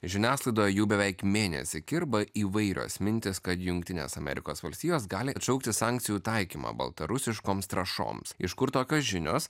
žiniasklaidoje jau beveik mėnesį kirba įvairios mintys kad jungtinės amerikos valstijos gali atšaukti sankcijų taikymą baltarusiškoms trąšoms iš kur tokios žinios